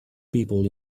people